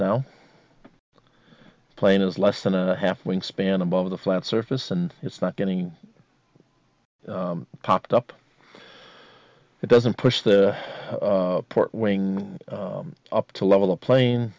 now plane is less than a half wingspan above the flat surface and it's not getting popped up it doesn't push the port wing up to level the pla